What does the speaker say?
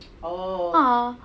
a'ah